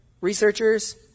researchers